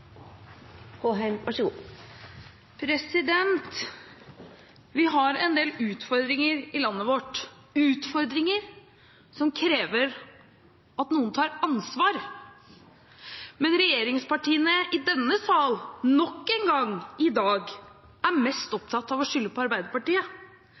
Vi har en del utfordringer i landet vårt, utfordringer som krever at noen tar ansvar, men regjeringspartiene i denne sal er nok en gang, i dag, mest opptatt av å skylde på Arbeiderpartiet.